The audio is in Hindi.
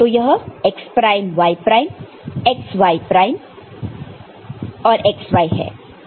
तो यह x prime y prime x y prime और x y है